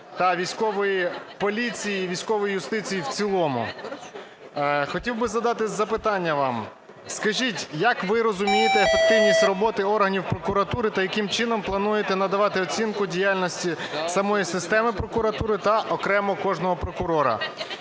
та військової поліції і військової юстиції в цілому. Хотів би задати запитання вам. Скажіть, як ви розумієте ефективність роботи органів прокуратури та яким чином плануєте надавати оцінку діяльності самої системи прокуратури та окремо кожного прокурора.